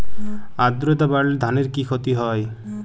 আদ্রর্তা বাড়লে ধানের কি ক্ষতি হয়?